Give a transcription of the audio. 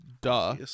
duh